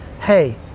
hey